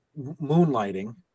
moonlighting